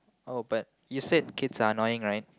oh but you said kids are annoying right